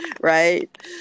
Right